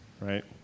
right